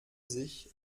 sich